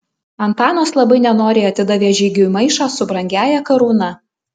antanas labai nenoriai atidavė žygiui maišą su brangiąja karūna